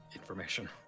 information